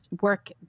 work